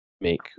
make